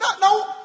No